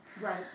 right